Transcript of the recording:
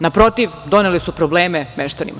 Naprotiv, donele su probleme meštanima.